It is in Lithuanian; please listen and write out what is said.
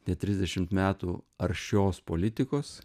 net trisdešimt metų aršios politikos